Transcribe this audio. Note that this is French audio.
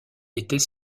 était